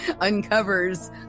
uncovers